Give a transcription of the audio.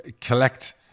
collect